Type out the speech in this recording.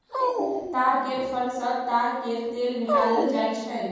ताड़ केर फर सँ ताड़ केर तेल निकालल जाई छै